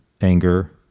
anger